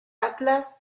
atlas